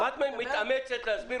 מה את מתאמצת להסביר על סיום עסקה?